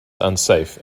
unsafe